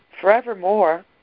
forevermore